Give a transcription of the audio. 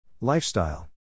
Lifestyle